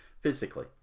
physically